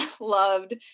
loved